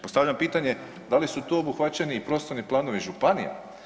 Postavljam pitanje da li su tu obuhvaćeni i prostorni planovi županija?